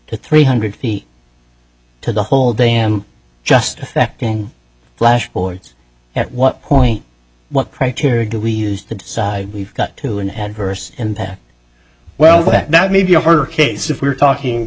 to three hundred feet to the whole damn just affecting flashforwards at what point what criteria do we use to decide we've got to an adverse impact well that may be a harder case if we're talking